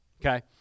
okay